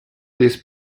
these